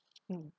mm